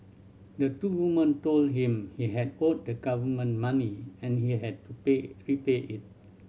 the two women told him he had owed the government money and he had to pay repay it